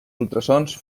ultrasons